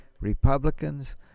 Republicans